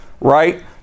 right